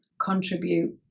contribute